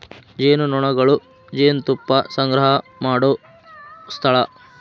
ಜೇನುನೊಣಗಳು ಜೇನುತುಪ್ಪಾ ಸಂಗ್ರಹಾ ಮಾಡು ಸ್ಥಳಾ